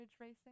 racing